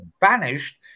banished